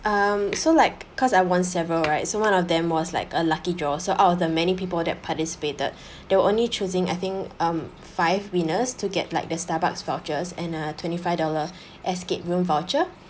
um so like cause I won several right so one of them was like a lucky draw so out of the many people that participated they were only choosing I think um five winners to get like the Starbucks vouchers and a twenty five dollar Escape Room voucher